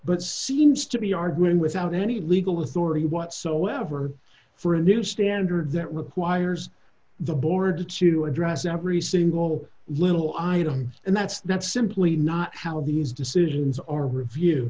but seems to be arguing without any legal authority whatsoever for a new standard that requires the board to address every single little item and that's that's simply not how these decisions are review